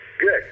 Good